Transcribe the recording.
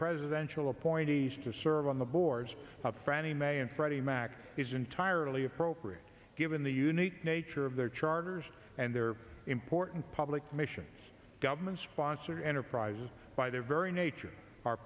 presidential appointees to serve on the boards of fannie mae and freddie mac is entirely appropriate given the unique nature of their charters and their important public missions government sponsored enterprises by their very nature are